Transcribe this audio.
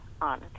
on